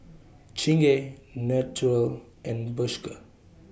Chingay Naturel and Bershka